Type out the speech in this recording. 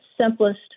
simplest